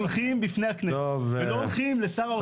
אנחנו באים לפני הכנסת ולא הולכים לשר האוצר.